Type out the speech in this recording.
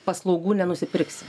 paslaugų nenusipirksi